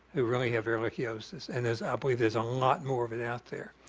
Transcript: who really have ehrlichiosis and there's i believe, there's a lot more of it out there.